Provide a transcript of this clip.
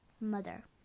mother